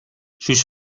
sus